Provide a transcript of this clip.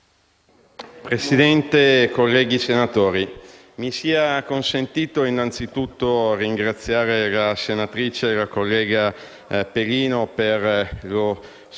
Presidente, colleghi senatori, mi sia consentito innanzitutto ringraziare la senatrice Pelino per lo spirito